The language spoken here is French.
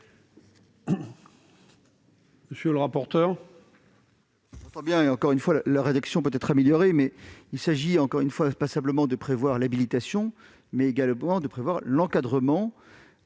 Monsieur le rapporteur